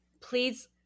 please